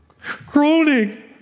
groaning